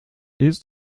ist